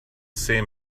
same